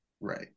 Right